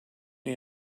may